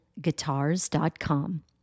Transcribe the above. guitars.com